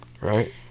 Right